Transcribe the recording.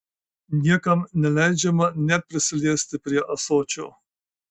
niekam neleidžiama net prisiliesti prie ąsočio